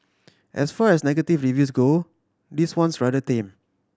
as far as negative reviews go this one's rather tame